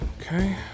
Okay